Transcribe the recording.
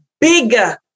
bigger